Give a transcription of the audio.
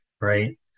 right